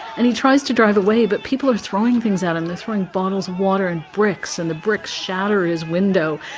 and he tries to drive away, but people are throwing things at him. they're throwing bottles of water and bricks. and the bricks shatter his window.